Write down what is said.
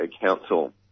Council